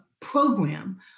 program